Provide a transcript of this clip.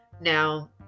Now